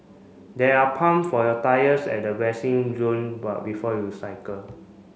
there are pump for your tyres at the resting zone bar before you cycle